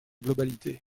globalité